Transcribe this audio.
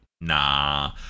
Nah